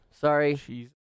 Sorry